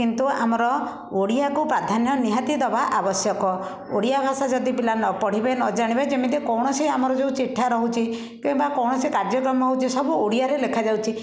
କିନ୍ତୁ ଆମର ଓଡ଼ିଆକୁ ପ୍ରାଧାନ୍ୟ ନିହାତି ଦବା ଆବଶ୍ୟକ ଓଡ଼ିଆ ଭାଷା ଯଦି ପିଲା ନ ପଢ଼ିବେ ନ ଜାଣିବେ ଯେମିତି କୌଣସି ଆମର ଯେଉଁ ଚିଠା ରହୁଛି କିମ୍ବା କୌଣସି କାର୍ଯ୍ୟକ୍ରମ ହେଉଛି ସବୁ ଓଡ଼ିଆରେ ଲେଖା ଯାଉଛି